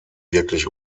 wirklich